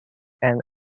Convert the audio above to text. and